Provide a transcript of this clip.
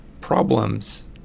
problems